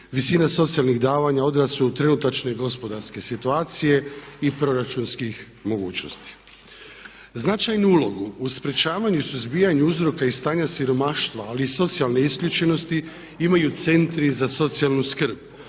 Visina socijalnih davanja odraz su u trenutačne i gospodarske situacije i proračunskih mogućnosti. Značajnu ulogu u sprečavanju i suzbijanju uzroka i stanja siromaštva ali i socijalne isključenosti imaju centri za socijalnu skrb.